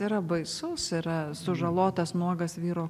yra baisus yra sužalotas nuogas vyro